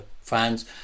fans